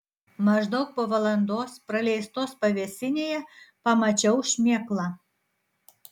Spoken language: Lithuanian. maždaug po valandos praleistos pavėsinėje pamačiau šmėklą